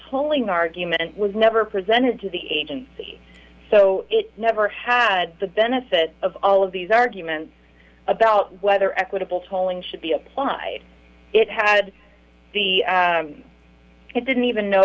tolling argument was never presented to the agency so it never had the benefit of all of these arguments about whether equitable tolling should be applied it had the it didn't even know